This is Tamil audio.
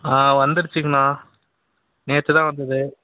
ஆ வந்துடுச்சிங்கண்ணா நேற்று தான் வந்தது